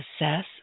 assess